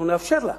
אנחנו נאפשר לה.